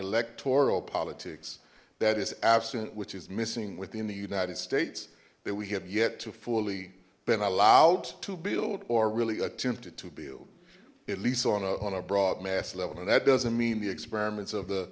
electoral politics that is abstinent which is missing within the united states that we have yet to fully been allowed to build or really attempted to build at least on a broad mass level and that doesn't mean the experiments of the